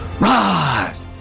rise